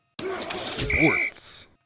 Sports